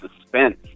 suspense